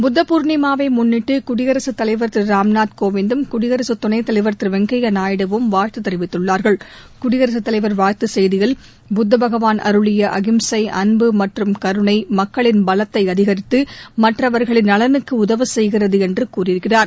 புத்த பூர்ணிமாவை முன்னிட்டு குடியரசு தலைவர் திரு ராம்நாத் கோவிந்தும் குடியரசு துணை தலைவர் திரு வெங்கைய்யா நாயுடுவும் வாழ்த்து தெரிவித்துள்ளார்கள் குடியரசு தலைவர் வாழ்த்து செய்தியில் புத்த பகவான் அருளிய அகிம்சை அன்பு மற்றும் கருணை மக்களின் பலத்தை அதிகரித்து மற்றவர்களின் ்நலனுக்கு உதவ செய்கிறது என்று கூறியிருக்கிறார்